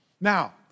Now